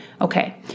Okay